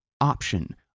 option